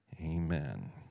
amen